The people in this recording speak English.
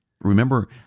Remember